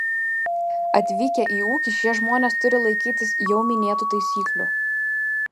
atvykę į ūkį šie žmonės turi laikytis jau minėtų taisyklių